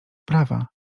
prawa